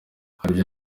hari